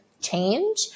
change